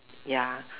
ya